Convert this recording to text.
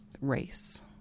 race